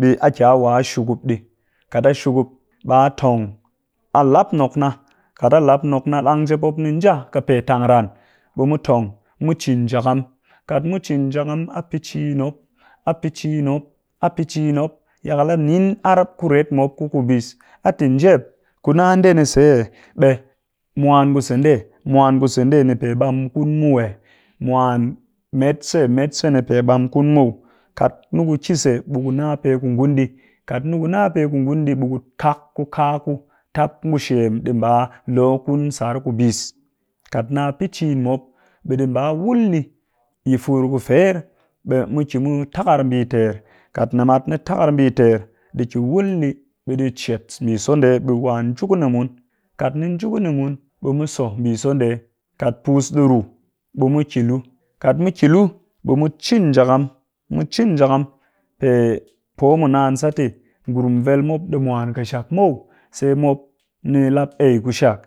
Ɓe a waa ki a shukup ɗii, kat a shukup ɓa tong, a lap nok na dang njep mop nja ka pe tang ran ɓe mu tong mu cin njakam, kat mu cin njakam a pɨ ciin mop, a pɨ ciin mop, a pɨ ciin mop yakal a nin ar kuret mop ku ku bis mop a tɨ njep ku nna ndee ni se! Ɓe mwan ku sendee mwan ku sendee, pe ɓam kun muw eh, mwan met se met se pe ɓam kun muw, kat ni ku ki se ɓe ku nna pe ku ngun ɗii, kat ni ku nna pe ku ngun ɗii ɓe ku kak ku kaa ku, tap ngu shem ɗi ba lo kun sar ku bis, kat na pɨ ciin mop ɗii ba wul ɗii yi fur ku fer, ɓe mu ki mu takar mbii ter, kat nimat ni takar mbii ter ɗi ki wul ɓe ɗii cet mbii so ndee ɓe ɗi wa nji ku ni mun, kat ni nji ku ni mun ɓe mu so mbii so ndee kat puus ɗi ruu ɓe mu ki lu, kat mu ki lu ɓe mu cin njakam mu cin njakam pe poo mu naan sat tɨ ngurum vel mop mwan ƙɨshak muw, sai mup ni lap ei ku shak